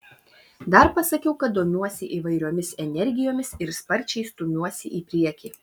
dar pasakiau kad domiuosi įvairiomis energijomis ir sparčiai stumiuosi į priekį